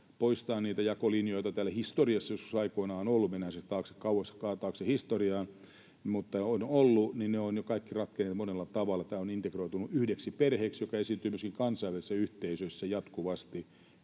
poistaa niitä jakolinjoja, joita täällä historiassa joskus aikoinaan on ollut — mennään siis kauas taakse historiaan, mutta on ollut, ja ne ovat jo kaikki ratkenneet ja monella tavalla tämä on integroitunut yhdeksi perheeksi, joka esiintyy myöskin kansainvälisissä yhteisöissä jatkuvasti